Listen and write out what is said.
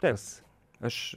tas aš